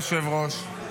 אני